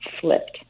flipped